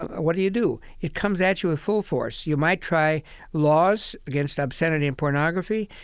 what do you do? it comes at you with full force. you might try laws against obscenity and pornography.